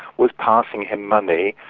was passing him money,